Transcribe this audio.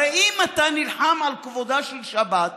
הרי אם אתה נלחם על כבודה של שבת,